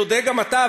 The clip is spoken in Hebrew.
ותודה גם אתה,